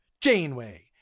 Janeway